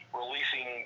releasing